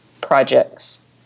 projects